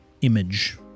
image